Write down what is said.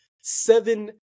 seven